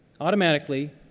automatically